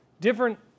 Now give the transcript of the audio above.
different